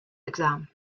exam